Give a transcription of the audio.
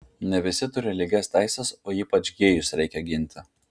ne visi turi lygias teises o ypač gėjus reikia ginti